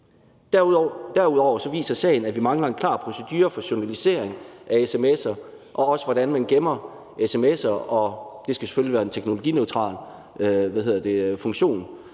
Derudover viser sagen, at vi mangler en klar procedure for journalisering af sms'er og også for, hvordan man gemmer sms'er. Det skal selvfølgelig være en teknologineutral funktion,